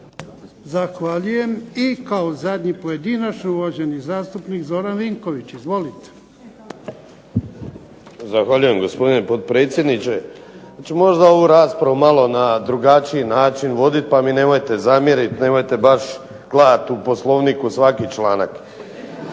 Zahvaljujem. I kao zadnji pojedinačno, uvaženi zastupnik Zoran Vinković. Izvolite. **Vinković, Zoran (SDP)** Zahvaljujem gospodine potpredsjedniče. Ja ću možda ovu raspravu malo na drugačiji način voditi, pa mi nemojte zamjeriti, nemojte baš gledati u Poslovnik u svaki članak.